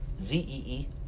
Z-E-E